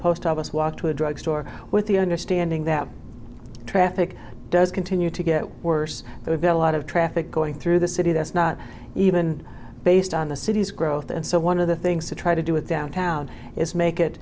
post office walk to a drug store with the understanding that traffic does continue to get worse it would be a lot of traffic going through the city that's not even based on the city's growth and so one of the things to try to do it downtown is make it